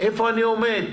איפה אני עומד,